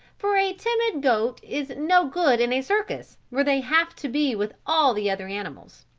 for a timid goat is no good in a circus where they have to be with all the other animals.